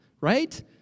right